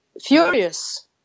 furious